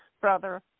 brother